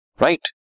right